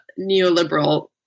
neoliberal